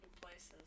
places